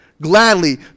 gladly